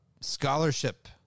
scholarship